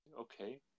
Okay